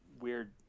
weird